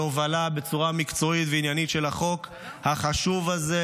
על הובלה בצורה מקצועית ועניינית של החוק החשוב הזה,